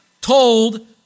told